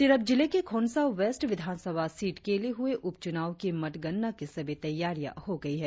तिरप जिले के खोंसा वेस्ट विधानसभा सीट के लिए हुए उपचुनाव की मतगणना की सभी तैयारियां हो गई है